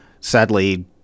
sadly